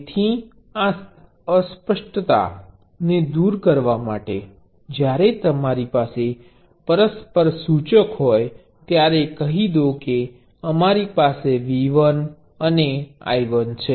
તેથી આ અસ્પષ્ટતા ને દૂર કરવા માટે જ્યારે તમારી પાસે મ્યુચ્યુઅલ ઇનડકટન્સ હોય ત્યારે કહી દો કે અમારી પાસે V1 અને I1 છે